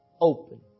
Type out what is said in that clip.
open